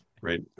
Right